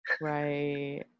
Right